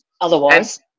otherwise